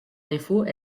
défaut